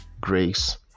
grace